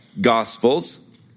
gospels